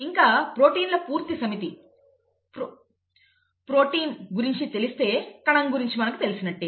ఇంకా ప్రోటీన్ల పూర్తి సమితి ప్రోటీమ్ గురించి తెలిస్తే కణం గురించి మనకు తెలిసినట్టే